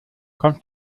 kommst